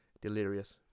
delirious